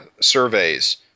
surveys